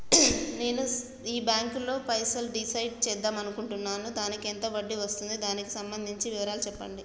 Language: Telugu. నేను ఈ బ్యాంకులో పైసలు డిసైడ్ చేద్దాం అనుకుంటున్నాను దానికి ఎంత వడ్డీ వస్తుంది దానికి సంబంధించిన వివరాలు చెప్పండి?